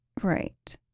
Right